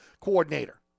coordinator